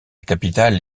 capitale